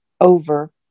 over